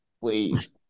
please